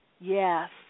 Yes